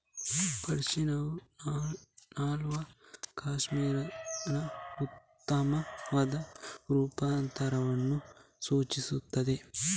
ಪಶ್ಮಿನಾವು ನೂಲುವ ಕ್ಯಾಶ್ಮೀರಿನ ಉತ್ತಮವಾದ ರೂಪಾಂತರವನ್ನು ಸೂಚಿಸುತ್ತದೆ